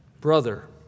Brother